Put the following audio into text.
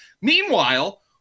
Meanwhile